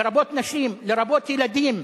לרבות נשים, לרבות ילדים,